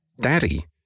Daddy